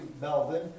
Melvin